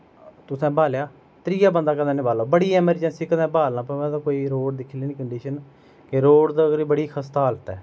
तुसैं ब्हालेआ त्रिया बंदा कदैं नी ब्हालो बड़ी अमरजैंसी कदैं ब्हालना पवै तां कोई रोड़ दिक्खी लैनी कंडिशन केह् रोड़ दी अगर बड़ी खसता हालत ऐ